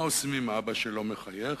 מה עושים עם אבא שלא מחייך?